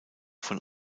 von